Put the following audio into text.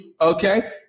okay